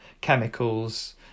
chemicals